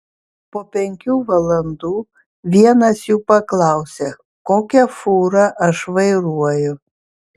po penkių valandų vienas jų paklausė kokią fūrą aš vairuoju